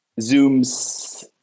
Zoom's